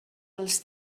els